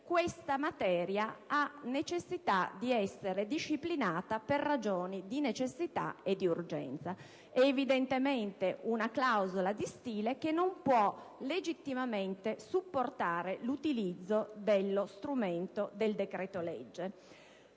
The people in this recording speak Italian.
questa materia deve essere disciplinata per ragioni di necessità e urgenza. Si tratta evidentemente di una clausola di stile che non può legittimamente supportare l'utilizzo dello strumento del decreto‑legge,